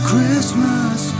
Christmas